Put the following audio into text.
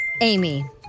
Amy